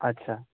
আচ্ছা